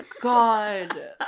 god